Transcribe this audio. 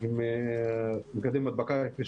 אני מצטרף.